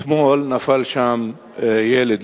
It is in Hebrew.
אתמול נפל שם ילד.